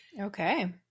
Okay